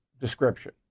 description